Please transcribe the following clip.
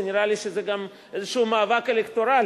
זה נראה שזה גם איזה מאבק אלקטורלי,